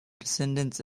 descendants